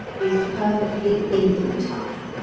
is perfectly infantile.